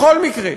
בכל מקרה,